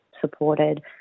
supported